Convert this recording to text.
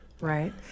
right